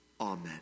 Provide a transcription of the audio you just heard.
Amen